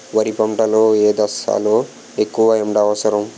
వరి పంట లో ఏ దశ లొ ఎక్కువ ఎండా అవసరం?